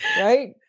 right